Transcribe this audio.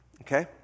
okay